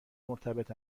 مرتبط